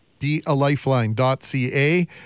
Bealifeline.ca